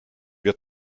your